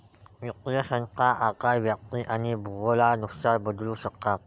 वित्तीय संस्था आकार, व्याप्ती आणि भूगोलानुसार बदलू शकतात